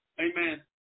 Amen